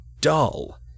dull